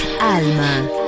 Alma